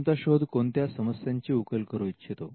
तुमचा शोध कोणत्या समस्यांची उकल करू इच्छितो